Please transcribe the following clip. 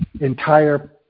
entire